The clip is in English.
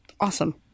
awesome